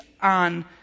on